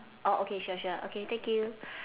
orh okay sure sure okay thank you